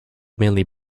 mainly